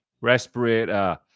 respirator